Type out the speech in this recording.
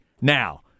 Now